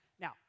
Now